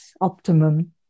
optimum